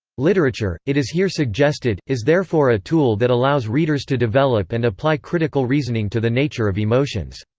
literature, it is here suggested, is therefore a tool that allows readers to develop and apply critical reasoning to the nature of emotions.